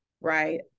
right